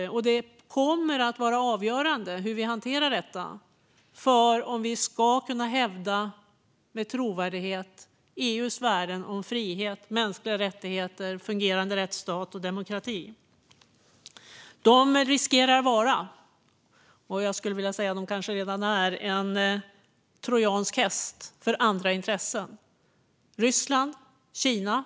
Hur vi hanterar detta kommer att vara avgörande om vi med trovärdighet ska kunna hävda EU:s värden om frihet, mänskliga rättigheter, en fungerande rättsstat och demokrati. De riskerar att bli, och kanske redan är, en trojansk häst för andra intressen, såsom Ryssland och Kina.